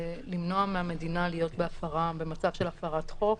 למנוע מהמדינה להיות במצב של הפרת חוק.